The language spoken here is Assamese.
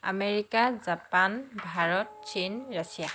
আমেৰিকা জাপান ভাৰত চীন ৰাছিয়া